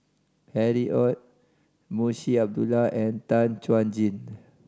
Harry Ord Munshi Abdullah and Tan Chuan Jin